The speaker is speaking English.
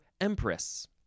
empress